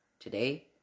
Today